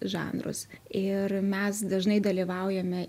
žanrus ir mes dažnai dalyvaujame